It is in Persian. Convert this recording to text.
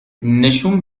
نشون